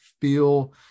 feel